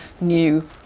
new